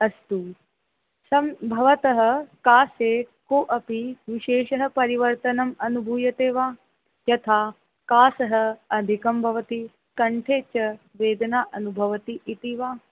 अस्तु शम् भवतः कासे को अपि विशेषः परिवर्तनम् अनुभूयते वा यथा कासः अधिकं भवति कण्ठे च वेदना अनुभवति इति वा